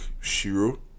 Shiro